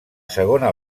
segona